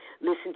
listen